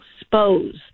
expose